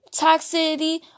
toxicity